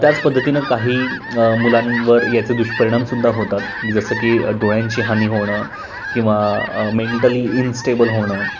त्याच पद्धतीनं काही मुलांवर याचे दुष्परिणामसुद्धा होतात जसं की डोळ्यांची हानी होणं किंवा मेंटली इनस्टेबल होणं